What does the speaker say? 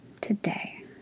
today